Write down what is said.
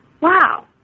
wow